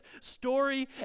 story